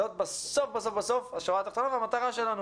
זאת בסוף בסוף בסוף המטרה שלנו.